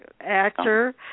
actor